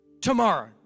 tomorrow